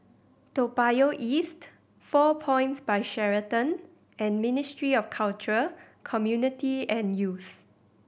Toa Payoh East Four Points By Sheraton and Ministry of Culture Community and Youth